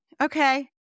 okay